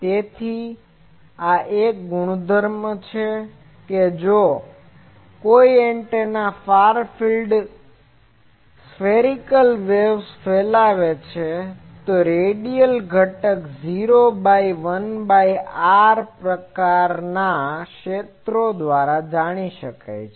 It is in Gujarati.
તેથી આ એક ગુણધર્મ છે કે જો કોઈ એન્ટેના ફાર ફિલ્ડમાં સ્ફેરીક્લ વેવ્સને ફેલાવે છે તો રેડિયલ ઘટક 0 પર 1 બાય r પ્રકારનાં ક્ષેત્રો દ્વારા જાય છે